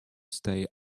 stay